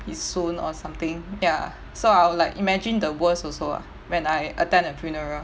be soon or something ya so I would like imagine the worst also lah when I attend a funeral